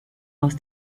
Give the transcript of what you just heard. aus